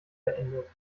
beendet